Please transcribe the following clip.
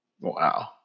wow